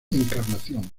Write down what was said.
encarnación